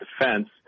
Defense